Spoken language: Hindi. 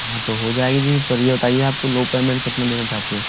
हाँ तो हो जाएगी जी पर ये बताइए आप को लो पेमेंट कितना देना चाहते हो